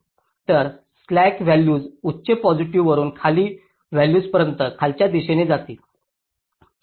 तर slack values उच्च positive वरुन खाली व्हॅल्यूजपर्यंत खालच्या दिशेकडे जातील